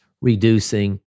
reducing